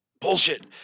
Bullshit